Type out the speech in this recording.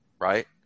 Right